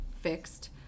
fixed